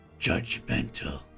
judgmental